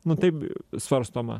na taip svarstoma